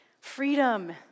freedom